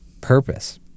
purpose